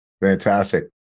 Fantastic